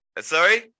Sorry